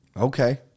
Okay